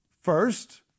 First